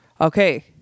Okay